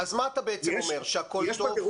טוב, אז מה אתה בעצם אומר, שהכול טוב?